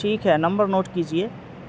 ٹھیک ہے number note کیجیے